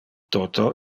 toto